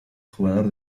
jugador